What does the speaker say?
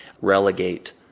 relegate